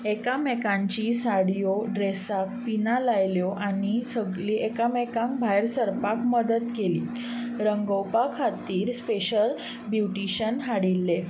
एकामेकांची साडयो ड्रॅसाक पिनां लायल्यो आनी सगली एकामेकांक भायर सरपाक मदत केली रंगोवपा खातीर स्पेशल ब्युटिशन हाडिल्ले